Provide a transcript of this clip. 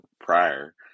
prior